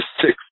six